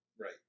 Right